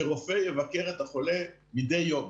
שרופא יבקר את החולה מדי יום.